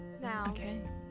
Now